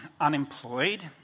unemployed